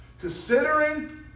Considering